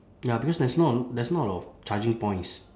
ya because there's not a there's not a lot of charging points